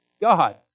God